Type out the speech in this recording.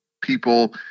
people